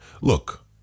Look